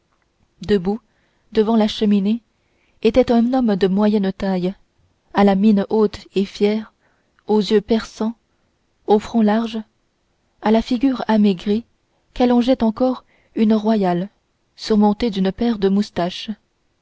debout devant la cheminée était un homme de moyenne taille à la mine haute et fière aux yeux perçants au front large à la figure amaigrie qu'allongeait encore une royale surmontée d'une paire de moustaches